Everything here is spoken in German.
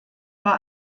war